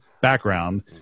background